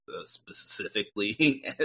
specifically